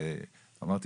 ואמרתי,